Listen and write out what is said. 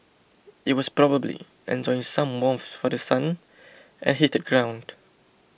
it was probably enjoying some warmth for The Sun and heated ground